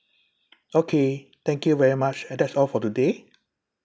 okay thank you very much that's all for today